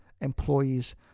employees